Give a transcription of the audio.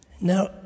Now